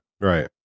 right